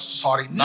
sorry।